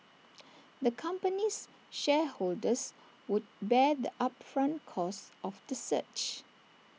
the company's shareholders would bear the upfront costs of the search